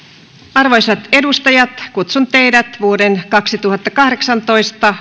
arvoisat edustajat kutsun teidät vuoden kaksituhattakahdeksantoista